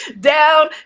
down